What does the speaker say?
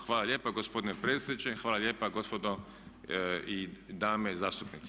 Hvala lijepa gospodine predsjedniče, hvala lijepo gospodo i dame zastupnici.